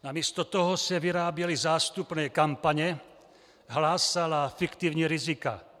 Namísto toho se vyráběly zástupné kampaně, hlásala fiktivní rizika.